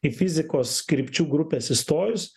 į fizikos krypčių grupes įstojus